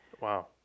Wow